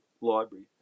library